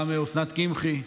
גם אוסנת קמחי,